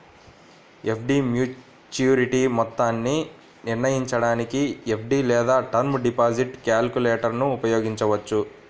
FD maturity మొత్తాన్ని నిర్ణయించడానికి FD లేదా టర్మ్ డిపాజిట్ క్యాలిక్యులేటర్ను ఉపయోగించవచ్చు